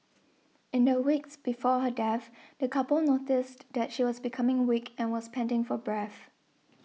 in the weeks before her death the couple noticed that she was becoming weak and was panting for breath